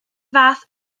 fath